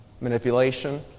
Manipulation